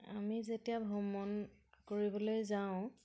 আমি যেতিয়া ভ্ৰমণ কৰিবলৈ যাওঁ